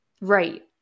Right